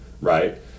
right